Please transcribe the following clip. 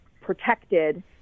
protected